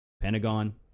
Pentagon